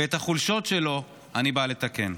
ואת החולשות שלו אני בא לתקן.